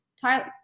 Tyler